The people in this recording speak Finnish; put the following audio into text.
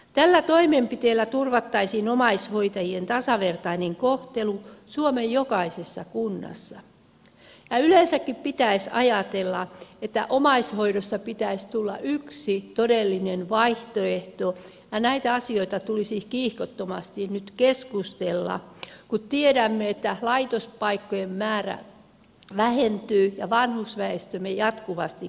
tällä toimenpiteellä turvattaisiin omaishoitajien tasavertainen kohtelu suomen jokaisessa kunnassa ja yleensäkin pitäisi ajatella että omaishoidosta pitäisi tulla yksi todellinen vaihtoehto ja näistä asioita tulisi kiihkottomasti nyt keskustella kun tiedämme että laitospaikkojen määrä vähentyy ja vanhusväestömme jatkuvasti kasvaa